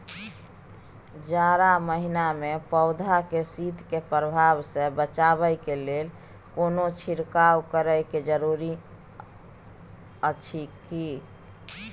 जारा महिना मे पौधा के शीत के प्रभाव सॅ बचाबय के लेल कोनो छिरकाव करय के जरूरी अछि की?